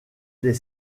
des